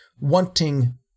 wanting